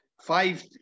Five